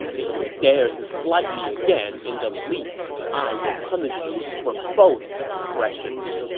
if you dare to slight me again in the least, i will punish you for both transgressions!